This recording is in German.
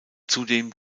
zudem